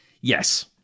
Yes